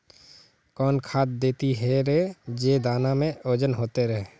कौन खाद देथियेरे जे दाना में ओजन होते रेह?